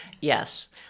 Yes